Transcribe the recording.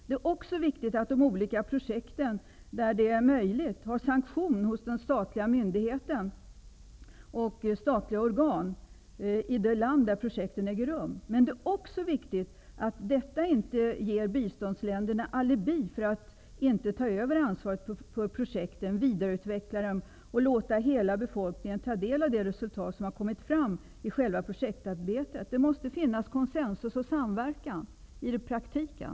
Det är viktigt att de olika projekten, där det är möjligt, har sanktion hos den statliga myndigheten och hos statliga organ i det land där projekten äger rum, men det är också viktigt att detta inte ger biståndsländerna alibi för att inte ta över ansvaret för projekten, vidareutveckla dem och låta hela befolkningen ta del av det resultat som har kommit fram i själva projektarbetet. Det måste finnas konsensus och samverkan i praktiken.